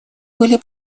были